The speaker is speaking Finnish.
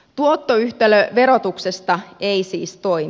tuottoyhtälö verotuksesta ei siis toimi